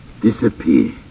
disappear